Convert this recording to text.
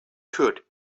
could